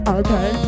okay